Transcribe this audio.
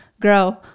grow